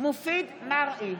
מופיד מרעי,